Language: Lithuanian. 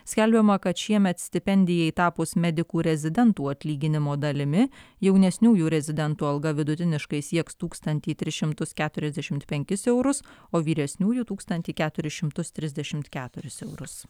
skelbiama kad šiemet stipendijai tapus medikų rezidentų atlyginimo dalimi jaunesniųjų rezidentų alga vidutiniškai sieks tūkstantį tris šimtus keturiasdešimt penkis eurus o vyresniųjų tūkstantį keturis šimtus trisdešimt keturis eurus